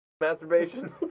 masturbation